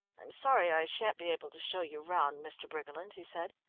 i'm sorry i shan't be able to show you round, mr. briggerland, he said.